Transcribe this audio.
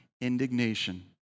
indignation